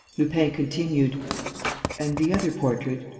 lupin continued and the other portrait?